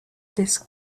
disc